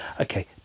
Okay